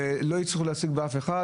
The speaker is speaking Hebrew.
ולא הצליחו להשיג באף אחד.